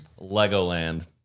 Legoland